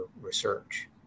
research